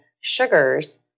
sugars